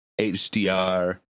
HDR